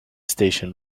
station